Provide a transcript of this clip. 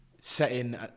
setting